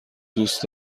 دوست